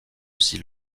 aussi